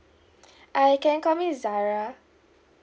err you can call me zarah